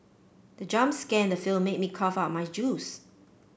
the jump scare in the film made me cough out my juice